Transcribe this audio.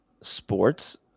sports